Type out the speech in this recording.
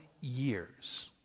years